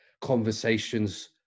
conversations